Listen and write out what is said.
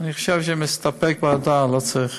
אני חושב שנסתפק, לא צריך.